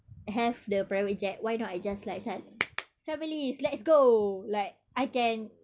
have the private jet why not I just macam families let's go like I can